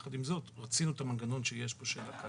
יחד עם זאת רצינו את המנגנון שיש בו הקלה,